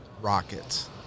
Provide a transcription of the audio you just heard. Rockets